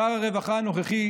שר הרווחה הנוכחי